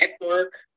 network